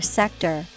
sector